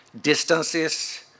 Distances